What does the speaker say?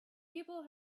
people